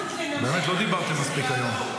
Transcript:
באמת, לא דיברתם מספיק היום.